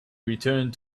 returned